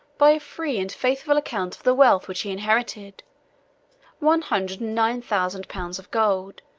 by a free and faithful account of the wealth which he inherited one hundred and nine thousand pounds of gold,